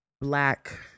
black